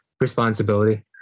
responsibility